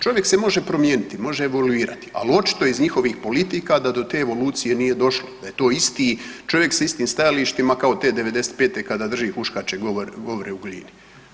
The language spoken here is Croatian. Čovjek se može promijeniti, može evoluirati, al očito iz njihovih politika da do te evolucije nije došlo, da je to isti čovjek sa istim stajalištima kao te '95. kada drži huškačke govore u Glini.